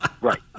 right